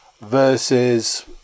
versus